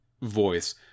voice